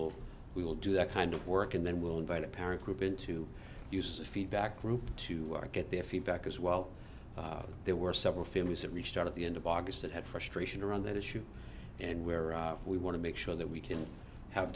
will we will do that kind of work and then we'll invite a parent group in to use the feedback group to work at their feedback as well there were several families that we start at the end of august that had frustration around that issue and where we want to make sure that we can have